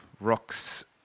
rocks